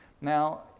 Now